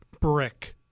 brick